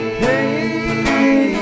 hey